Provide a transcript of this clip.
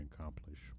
accomplish